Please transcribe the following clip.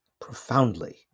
profoundly